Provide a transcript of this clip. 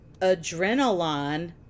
adrenaline